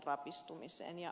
arvoisa puhemies